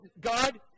God